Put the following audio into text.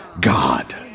God